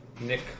Nick